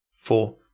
four